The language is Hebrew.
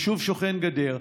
יישוב שוכן גדר.